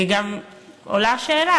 וגם עולה השאלה,